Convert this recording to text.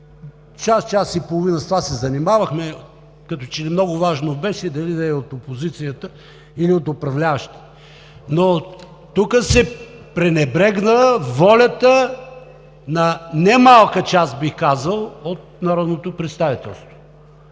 час, час и половина с това се занимахме, като че ли много важно беше дали да е от опозицията или от управляващите. Но тук се пренебрегна волята на немалка част, бих казал, от народното представителство.